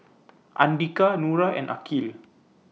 Andika Nura and Aqil